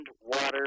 water